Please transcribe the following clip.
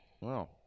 Wow